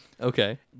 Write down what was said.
Okay